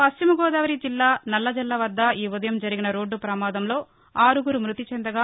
పశ్చిమ గోదావరి జిల్లా నల్లజర్ల వద్ద ఈ ఉదయం జరిగిన రోడ్డు ప్రమాదంలో ఆరుగురు మ్బతి చెందగా